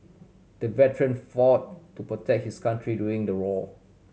the veteran fought to protect his country during the war